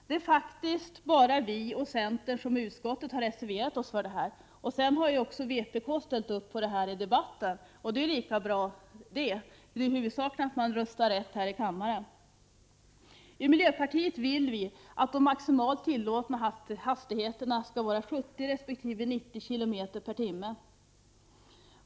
Det är faktiskt bara vi och centern som i utskottet har reserverat oss för det här. Därefter har också vpk ställt sig bakom förslaget i debatten, och det är ju lika bra — huvudsaken är att man röstar rätt här i kammaren. I miljöpartiet vill vi att de maximalt tillåtna hastigheterna skall vara 70 resp. 90 km/timme.